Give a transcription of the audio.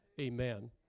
amen